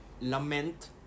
lament